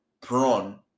prone